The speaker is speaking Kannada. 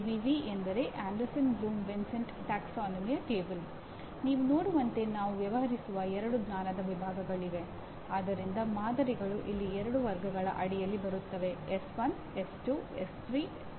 ಈಗ ಎಲ್ಲಾ ಎಂಜಿನಿಯರಿಂಗ್ ಕಾರ್ಯಕ್ರಮಗಳು ಜ್ಞಾನ ಕೌಶಲ್ಯ ಮತ್ತು ವರ್ತನೆಗಳನ್ನು ಪ್ರೋಗ್ರಾಂ ಪರಿಣಾಮಗಳೆಂದು ಸೂಚಿಸುತ್ತವೆ ಮತ್ತು 12ನೇ ತರಗತಿಯ ಪದವೀಧರರಿಗೆ ಉತ್ತಮ ಎಂಜಿನಿಯರ್ನ ಗುಣಲಕ್ಷಣಗಳನ್ನು ಪಡೆಯಲು ಅನುಕೂಲ ಮಾಡಿಕೊಡುತ್ತದೆ